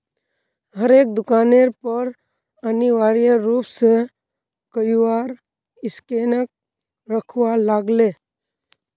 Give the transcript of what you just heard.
हरेक दुकानेर पर अनिवार्य रूप स क्यूआर स्कैनक रखवा लाग ले